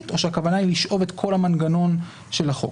או שהכוונה היא לשאוב את כל המנגנון של החוק.